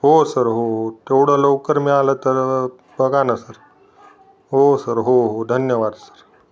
हो सर हो हो तेवढं लवकर मिळालं तर बघा ना सर हो सर हो हो धन्यवाद सर